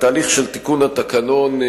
התהליך של תיקון התקנון,